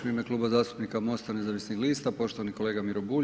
U ime Kluba zastupnika Mosta nezavisnih lista poštovani kolega Miro Bulj.